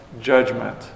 judgment